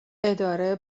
اداره